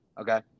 Okay